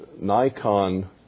Nikon